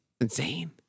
Insane